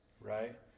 right